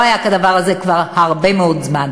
לא היה כדבר הזה כבר הרבה מאוד זמן.